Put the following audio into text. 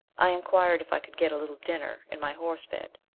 i inquired if i could get a little dinner, and my horse fed.